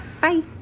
Bye